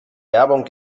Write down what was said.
werbung